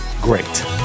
great